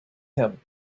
him